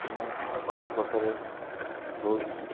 ମୁଁ ଆପଣଙ୍କ ପାଖରେ ବହୁତ